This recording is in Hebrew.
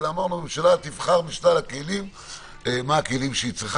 אלא אמרנו שהממשלה תיבחר משלל הכלים מה הכלים שהיא צריכה,